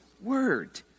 word